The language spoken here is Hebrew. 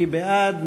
מי בעד?